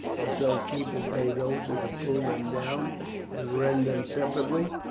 and so keep at bay those who could pull them down and rend them separately.